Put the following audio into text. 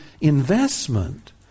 investment